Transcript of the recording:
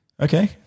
okay